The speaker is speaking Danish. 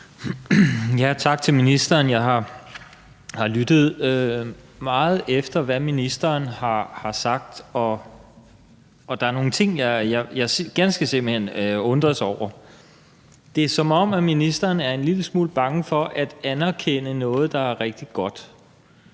(V): Tak til ministeren. Jeg har lyttet meget efter, hvad ministeren har sagt, og der er nogle ting, jeg ganske simpelt hen undres over. Det er, som om ministeren er en lille smule bange for at anerkende noget, der er rigtig godt,